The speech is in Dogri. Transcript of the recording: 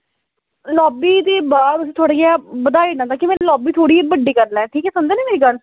लॉबी बी बाहर थोह्ड़े निहां बधाई देना की लॉबी थोह्ड़ी बड्डी करी लैयो की ना समझा नै ना मेरी गल्ल